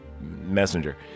messenger